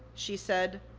she said,